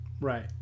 right